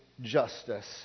justice